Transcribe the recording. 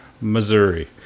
missouri